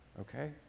Okay